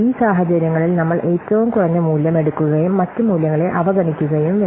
ഈ സാഹചര്യങ്ങളിൽ നമ്മൾ ഏറ്റവും കുറഞ്ഞ മൂല്യം എടുക്കുകയും മറ്റ് മൂല്യങ്ങളെ അവഗണിക്കുകയും വേണം